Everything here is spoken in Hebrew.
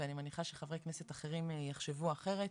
ואני מניחה שחברי כנסת אחרים יחשבו אחרת,